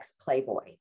Playboy